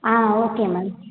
ah okay ma'am